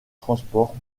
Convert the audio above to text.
transport